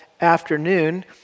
afternoon